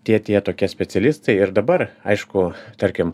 tie tie tokie specialistai ir dabar aišku tarkim